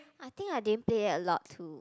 I think I didn't play a lot too